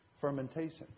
Fermentation